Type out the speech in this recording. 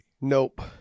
Nope